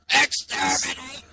Exterminate